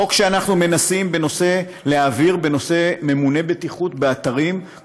חוק שאנחנו מנסים להעביר בנושא ממונה בטיחות באתרים,